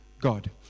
God